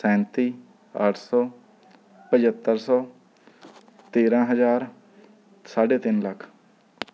ਸੈਂਤੀ ਅੱਠ ਸੌ ਪੰਝੱਤਰ ਸੌ ਤੇਰਾਂ ਹਜ਼ਾਰ ਸਾਢੇ ਤਿੰਨ ਲੱਖ